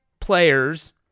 players